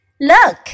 Look